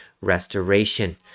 restoration